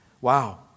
Wow